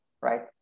right